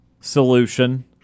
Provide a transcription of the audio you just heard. solution